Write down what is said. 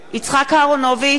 יצחק אהרונוביץ,